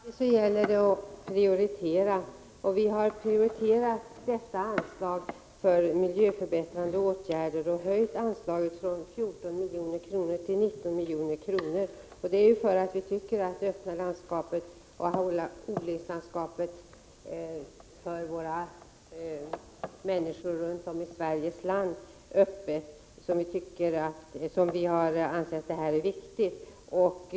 Fru talman! Som alltid är det här en fråga om att prioritera. Vi har prioriterat detta anslag för miljöförbättrande åtgärder och höjt det från 14 milj.kr. till 19 milj.kr. Vi har ansett att det är viktigt för människorna runt om i Sveriges land att det öppna odlingslandskapet hålls öppet.